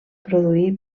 produir